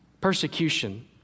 persecution